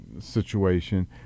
situation